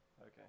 Okay